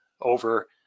over